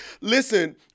Listen